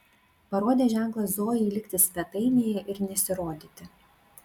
parodė ženklą zojai likti svetainėje ir nesirodyti